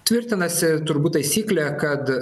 tvirtinasi turbūt taisyklė kad